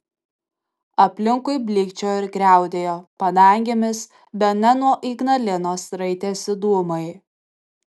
aplinkui blykčiojo ir griaudėjo padangėmis bene nuo ignalinos raitėsi dūmai